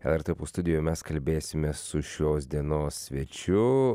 lrt opus studijoje mes kalbėsimės su šios dienos svečiu